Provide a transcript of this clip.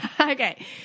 okay